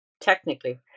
Technically